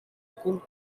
school